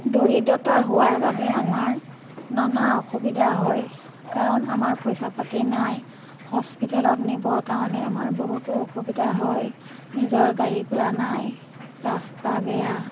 দৰিদ্ৰতা হোৱাৰ বাবে আমাৰ নানা অসুবিধা হয় কাৰণ আমাৰ পইচা পাতি নাই হস্পিটেলত নিবৰ কাৰণে আমাৰ বহুতো অসুবিধা হয় নিজৰ গাড়ী গোৰা নাই ৰাস্তা বেয়া